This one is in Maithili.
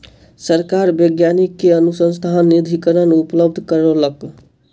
सरकार वैज्ञानिक के अनुसन्धान निधिकरण उपलब्ध करौलक